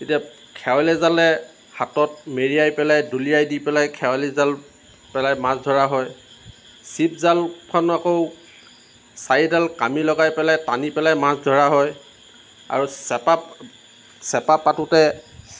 এতিয়া খেৱালি জালে হাতত মেৰিয়াই পেলাই দলিয়াই দি পেলাই খেৱালি জাল পেলাই মাছ ধৰা হয় চিপ জালখন আকৌ চাৰিডাল কামি লগাই পেলাই টানি পেলাই মাছ ধৰা হয় আৰু চেপা চেপা পাতোতে